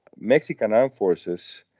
mexican armed forces